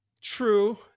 true